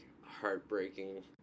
heartbreaking